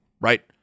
right